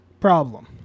problem